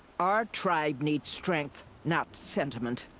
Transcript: our tribe needs strength. not sentiment.